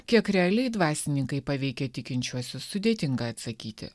kiek realiai dvasininkai paveikė tikinčiuosius sudėtinga atsakyti